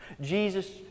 Jesus